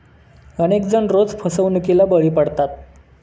अनेक जण रोज फसवणुकीला बळी पडतात